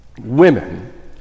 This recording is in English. women